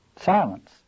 silence